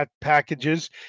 packages